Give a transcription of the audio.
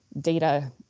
data